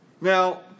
Now